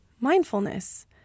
Mindfulness